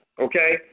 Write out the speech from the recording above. okay